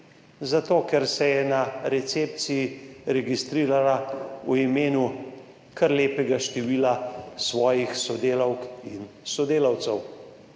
Zato, ker se je na recepciji registrirala v imenu kar lepega števila svojih sodelavk in sodelavcev.